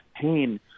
pain